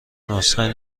نسخه